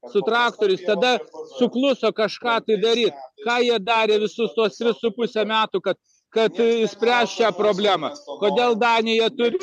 su traktoriais tada sukluso kažką tai daryt ką jie darė visus tuos tris su puse metų kad kad išspręst šią problemą kodėl danija turi